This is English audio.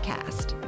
Cast